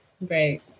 right